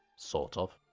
sort of.